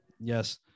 Yes